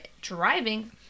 driving